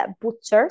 butchers